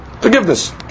forgiveness